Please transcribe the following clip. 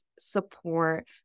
support